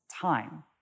time